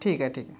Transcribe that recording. ठीक आहे ठीक आहे